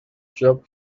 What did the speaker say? job